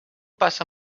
passa